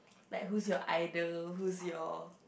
like who's your idol who's your